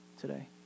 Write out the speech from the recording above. today